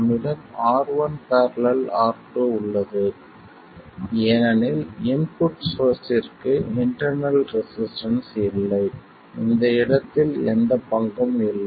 நம்மிடம் R1 ║R2 உள்ளது ஏனெனில் இன்புட் சோர்ஸ்ற்கு இன்டெர்னல் ரெசிஸ்டன்ஸ் இல்லை இந்த இடத்தில் எந்தப் பங்கும் இல்லை